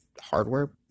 hardware